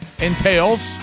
entails